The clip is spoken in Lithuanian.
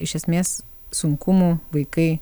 iš esmės sunkumų vaikai